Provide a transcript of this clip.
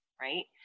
right